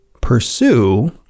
pursue